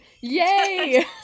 yay